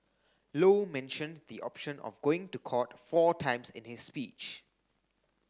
low mentioned the option of going to court four times in his speech